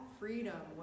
freedom